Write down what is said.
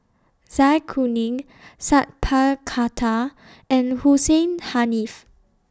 Zai Kuning Sat Pal Khattar and Hussein Haniff